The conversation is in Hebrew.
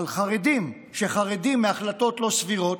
שמגינים על חרדים שחרדים מהחלטות לא סבירות?